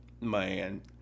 Man